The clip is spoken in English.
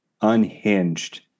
unhinged